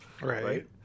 Right